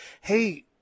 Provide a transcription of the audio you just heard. Hey